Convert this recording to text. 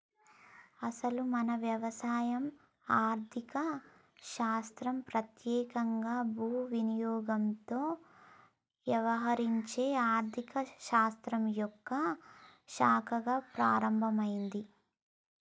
అసలు మన వ్యవసాయం ఆర్థిక శాస్త్రం పెత్యేకంగా భూ వినియోగంతో యవహరించే ఆర్థిక శాస్త్రం యొక్క శాఖగా ప్రారంభమైంది